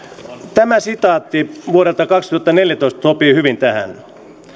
tämä sitaatti vuodelta kaksituhattaneljätoista sopii hyvin tähän